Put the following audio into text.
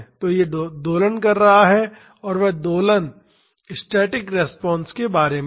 तो यह दोलन कर रहा है और वह दोलन स्टैटिक रिस्पांस के बारे में है